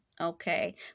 Okay